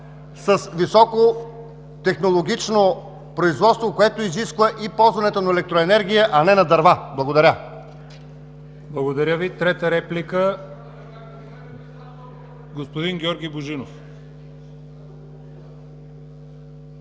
с високо технологично производство, което изисква и ползването на електроенергия, а не на дърва. Благодаря. ПРЕДСЕДАТЕЛ ЯВОР ХАЙТОВ: Благодаря Ви. Трета реплика – господин Георги Божинов.